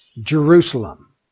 Jerusalem